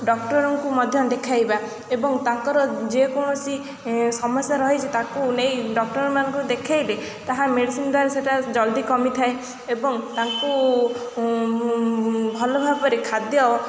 ଡ଼କ୍ଟର୍ଙ୍କୁ ମଧ୍ୟ ଦେଖାଇବା ଏବଂ ତାଙ୍କର ଯେକୌଣସି ସମସ୍ୟା ରହିଛି ତାକୁ ନେଇ ଡ଼କ୍ଟର୍ମାନଙ୍କୁ ଦେଖେଇଲେ ତାହା ମେଡ଼ିସିନ୍ ଦ୍ୱାରା ସେଟା ଜଲ୍ଦି କମିଥାଏ ଏବଂ ତାଙ୍କୁ ଭଲ ଭାବରେ ଖାଦ୍ୟ